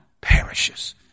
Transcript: perishes